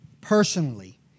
personally